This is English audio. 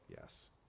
Yes